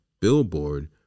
billboard